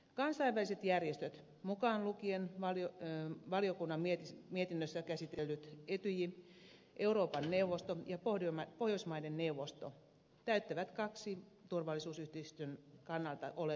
kansainväliset järjestöt mukaan lukien valiokunnan mietinnössä käsitellyt etyj euroopan neuvosto ja pohjoismaiden neuvosto täyttävät kaksi turvallisuusyhteisön kannalta oleellista tehtävää